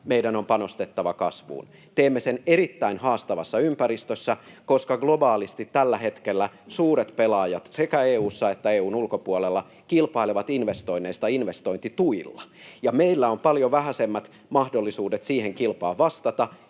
meidän on panostettava kasvuun. Teemme sen erittäin haastavassa ympäristössä, koska globaalisti tällä hetkellä suuret pelaajat sekä EU:ssa että EU:n ulkopuolella kilpailevat investoinneista investointituilla, ja meillä on paljon vähäisemmät mahdollisuudet siihen kilpaan vastata